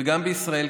וגם בישראל,